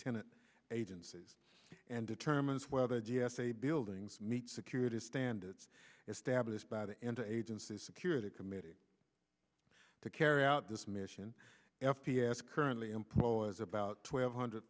tenant agencies and determines whether g s a buildings meet security standards established by the end agency security committee to carry out this mission f t s currently employs about twelve hundred